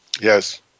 Yes